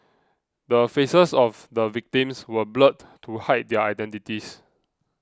the faces of the victims were blurred to hide their identities